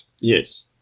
yes